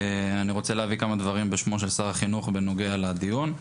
אני רוצה להביא כמה דברים בשמו של שר החינוך בנוגע לדיון,